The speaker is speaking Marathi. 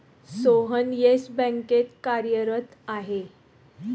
सोहन येस बँकेत कार्यरत आहे